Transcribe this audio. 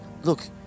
Look